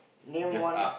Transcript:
name one